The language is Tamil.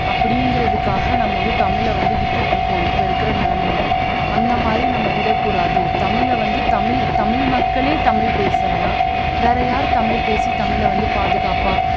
அப்படிங்கிறதுக்காக நம்ம வந்து தமிழை வந்து விட்டுட்டு இருக்கோம் இப்போ இருக்கிற நிலமையில அந்த மாதிரி நம்ம விடக்கூடாது தமிழை வந்து தமிழ் தமிழ் மக்களே தமிழ் பேசலன்னா வேறே யாரு தமிழ் பேசி தமிழை வந்து பாதுகாப்பாக